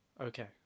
Okay